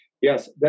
Yes